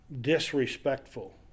disrespectful